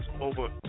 over